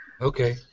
Okay